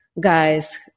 guys